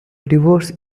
divorce